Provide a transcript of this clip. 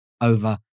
over